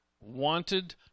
wanted